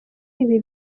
ibi